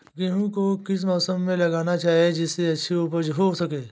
गेहूँ को किस मौसम में लगाना चाहिए जिससे अच्छी उपज हो सके?